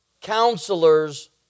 counselors